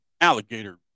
alligator